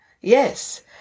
Yes